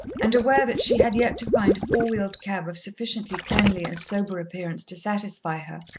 and aware that she had yet to find a four-wheeled cab of sufficiently cleanly and sober appearance to satisfy her,